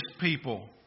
people